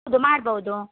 ಹೌದು ಮಾಡ್ಬೌದು